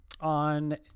on